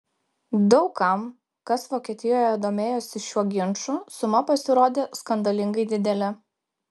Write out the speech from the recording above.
daug kam kas vokietijoje domėjosi šiuo ginču suma pasirodė skandalingai didelė